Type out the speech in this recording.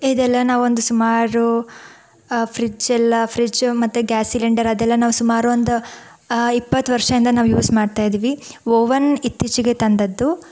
ಇದೆಲ್ಲ ನಾವೊಂದು ಸುಮಾರು ಫ್ರಿಜ್ಜೆಲ್ಲ ಫ್ರಿಜ್ ಮತ್ತು ಗ್ಯಾಸ್ ಸಿಲಿಂಡರ್ ಅದೆಲ್ಲ ನಾವು ಸುಮಾರೊಂದು ಇಪ್ಪತ್ತು ವರ್ಷದಿಂದ ನಾವು ಯೂಸ್ ಮಾಡ್ತಾ ಇದ್ದೀವಿ ಓವನ್ ಇತ್ತೀಚೆಗೆ ತಂದದ್ದು